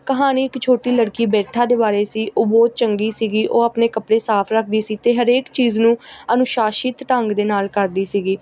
ਕਹਾਣੀ ਇੱਕ ਛੋਟੀ ਲੜਕੀ ਬਿਰਥਾ ਦੇ ਬਾਰੇ ਸੀ ਉਹ ਬਹੁਤ ਚੰਗੀ ਸੀਗੀ ਉਹ ਆਪਣੇ ਕੱਪੜੇ ਸਾਫ਼ ਰੱਖਦੀ ਸੀ ਅਤੇ ਹਰੇਕ ਚੀਜ਼ ਨੂੰ ਅਨੁਸ਼ਾਸਿਤ ਢੰਗ ਦੇ ਨਾਲ ਕਰਦੀ ਸੀਗੀ